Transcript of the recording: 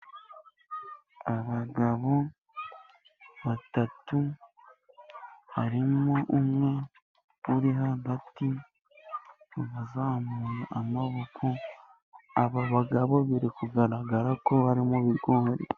Abagabo batatu harimo umwe uri hagati, bazamura amaboko. Aba bagabo biri kugaragara ko bari mu bigori.